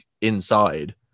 inside